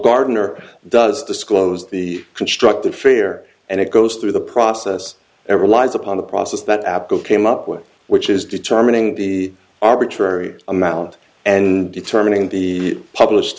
gardner does disclose the constructed fear and it goes through the process ever lies upon the process that apple came up with which is determining the arbitrary amount and determining the published